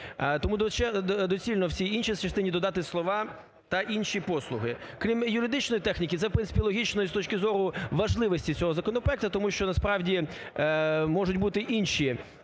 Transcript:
Тому доцільно в цій іншій частині додати слова "та інші послуги". Крім юридичної техніки це, в принципі, логічно і з точки зору важливості цього законопроекту, тому що, насправді, можуть бути інші